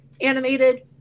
animated